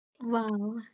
Wow